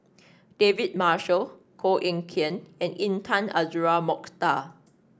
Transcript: David Marshall Koh Eng Kian and Intan Azura Mokhtar